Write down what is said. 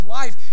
life